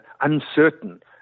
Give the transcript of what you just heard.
uncertain